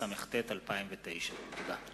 התשס"ט 2009. תודה.